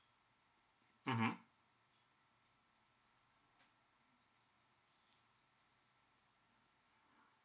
mmhmm